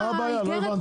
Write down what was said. אז מה הבעיה?